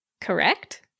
Correct